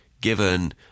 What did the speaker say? given